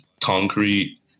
concrete